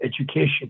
education